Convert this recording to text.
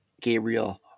Gabriel